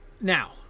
Now